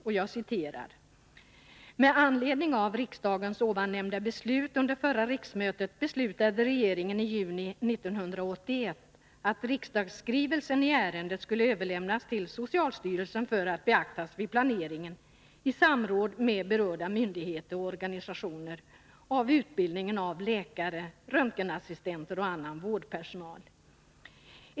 Utskottet skriver: ”Med anledning av riksdagens ovannämnda beslut under förra riksmötet beslutade regeringen i juni 1981 att riksdagsskrivelsen i ärendet skulle överlämnas till socialstyrelsen för att beaktas vid planeringen i samråd med berörda myndigheter och organisationer av utbildningen av läkare, röntgenassistenter och annan vårdpersonal.